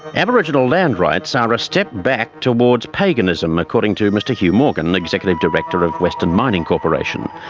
aboriginal land rights are a step back towards paganism, according to mr hugh morgan, the executive director of western mining corporation.